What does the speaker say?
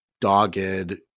dogged